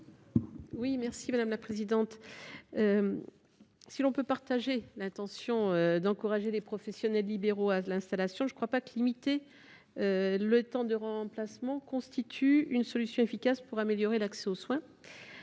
est l’avis de la commission ? Si l’on peut partager l’intention d’encourager les professionnels libéraux à s’installer, je ne pense pas que limiter les temps de remplacement constitue une solution efficace pour améliorer l’accès aux soins.